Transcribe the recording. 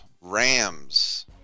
Rams